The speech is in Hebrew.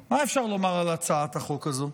מה אפשר לומר על הצעת החוק הזו?